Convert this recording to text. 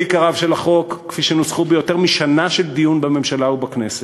אלה עיקריו של החוק כפי שנוסחו ביותר משנה של דיון בממשלה ובכנסת.